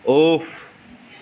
off